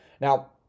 Now